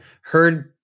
heard